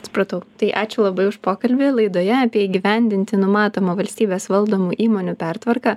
supratau tai ačiū labai už pokalbį laidoje apie ją įgyvendinti numatomą valstybės valdomų įmonių pertvarką